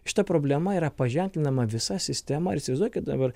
šita problema yra paženklinama visa sistema ir įsivaizduokit dabar